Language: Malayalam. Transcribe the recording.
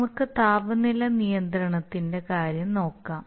നമുക്ക് താപനില നിയന്ത്രണത്തിന്റെ കാര്യം നോക്കാം